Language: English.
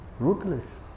ruthless